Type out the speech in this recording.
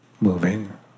moving